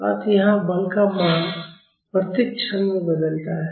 अतः यहाँ बल का मान प्रत्येक क्षण में बदलता है